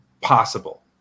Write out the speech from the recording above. possible